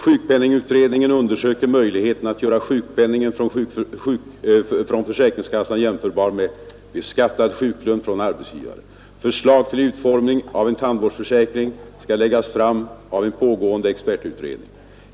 Sjukpenningutredningen undersöker möjligheterna att göra sjukpenningen från försäkringskassan jämförbar med beskattad sjuklön från arbetsgivare. Förslag till utformningen av en tandvårdsförsäkring skall läggas fram av en pågående expertutredning.